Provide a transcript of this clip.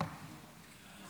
תודה, אדוני